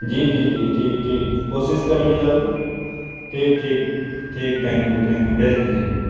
جی جی جی ٹھیک ٹھیک کوشش کریے جلد ٹھیک ٹھیک ٹھیک تھینک یو تھینک یو بھیج دیجیے